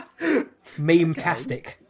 Meme-tastic